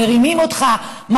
מרימים אותך,